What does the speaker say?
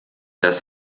das